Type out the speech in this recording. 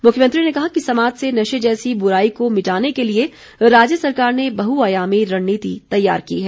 मुख्यमंत्री ने कहा कि समाज से नशे जैसी बुराई को मिटाने के लिए राज्य सरकार ने बहुआयामी रणनीति तैयार की है